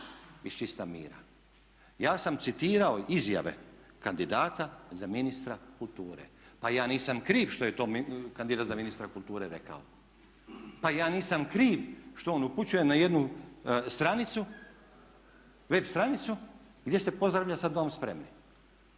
čista mira. Ja sam citirao izjave kandidata za ministra kulture. Pa ja nisam kriv što je to kandidat za ministra kulture rekao. Pa ja nisam kriv što on upućuje na jednu stranicu, web stranicu gdje se pozdravlja sa za dom spremni.